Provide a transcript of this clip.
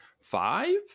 five